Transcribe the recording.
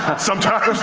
sometimes.